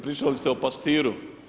Pričali ste o pastiru.